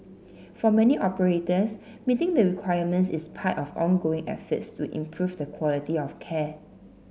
for many operators meeting the requirements is part of ongoing efforts to improve the quality of care